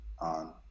on